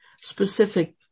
specific